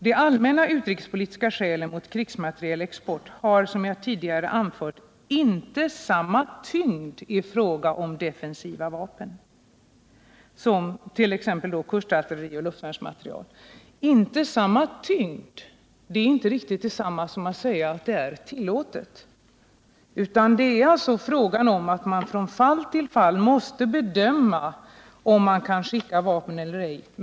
De allmänna utrikespolitiska skälen mot krigsmaterielexport har, som jag tidigare anfört, inte samma tyngd i fråga om defensiva vapen.” Som exempel kan då nämnas kustartilleri och luftvärnsmateriel. Att exporten inte har samma tyngd är inte riktigt detsamma som att den är helt tillåten. Vad det är fråga om även för defensiva vapen är att man från fall till fall måste bedöma om man kan skicka vapen eller ej.